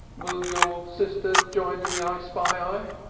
will your sister join in the i-spy-i?